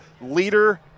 leader